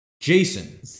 Jason